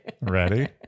ready